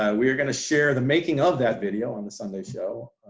ah we are going to share the making of that video on the sunday show.